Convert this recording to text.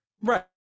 Right